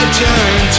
turn